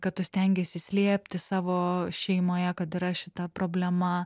kad tu stengiesi slėpti savo šeimoje kad yra šita problema